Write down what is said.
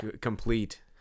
complete